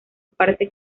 parte